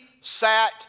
sat